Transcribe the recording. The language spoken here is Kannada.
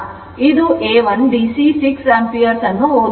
ಇದು A 1 ಡಿಸಿ 6 ಆಂಪಿಯರ್ ಅನ್ನು ಓದುತ್ತದೆ